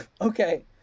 Okay